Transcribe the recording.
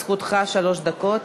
זכותך, שלוש דקות.